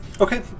Okay